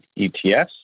ETFs